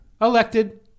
Elected